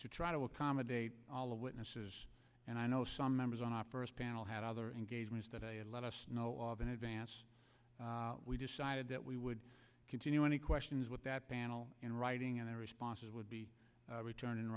to try to accommodate all the witnesses and i know some members on our first panel had other engagements that i had let us know of in advance we decided that we would continue any questions with that panel in writing and the responses would be return